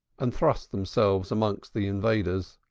and thrust themselves amongst the invaders.